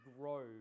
grow